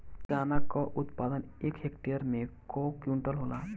चना क उत्पादन एक हेक्टेयर में कव क्विंटल होला?